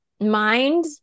mind